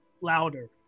louder